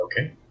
Okay